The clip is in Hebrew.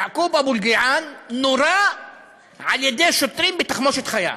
יעקוב אבו אלקיעאן נורה על-ידי שוטרים בתחמושת חיה.